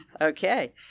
okay